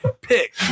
pick